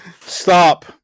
stop